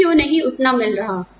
मुझे क्यों नहीं उतना मिल रहा